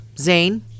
Zane